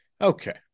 Okay